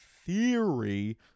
theory